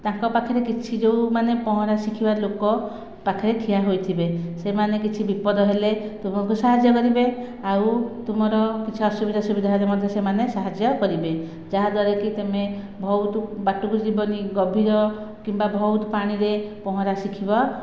ତାଙ୍କ ପାଖରେ କିଛି ଯେଉଁମାନେ ପହଁରା ଶିଖିବା ଲୋକ ପାଖରେ ଠିଆ ହୋଇଥିବେ ସେମାନେ କିଛି ବିପଦ ହେଲେ ତୁମକୁ ସାହାଯ୍ୟ କରିବେ ଆଉ ତୁମର କିଛି ଅସୁବିଧା ସୁବିଧା ହେଲେ ମଧ୍ୟ ସେମାନେ ସାହାଯ୍ୟ କରିବେ ଯାହାଦ୍ୱାରାକି ତୁମେ ବହୁତ ବାଟକୁ ଯିବନି ଗଭୀର କିମ୍ବା ବହୁତ ପାଣିରେ ପହଁରା ଶିଖିବା